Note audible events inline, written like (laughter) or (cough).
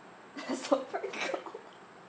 (laughs) less of frankel